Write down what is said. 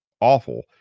awful